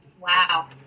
Wow